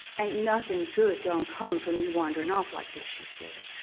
ain't nothing good gon' come from you wandering off like this, she said,